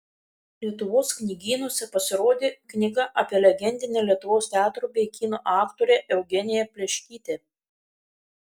lietuvos knygynuose pasirodė knyga apie legendinę lietuvos teatro bei kino aktorę eugeniją pleškytę